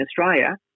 Australia